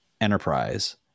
enterprise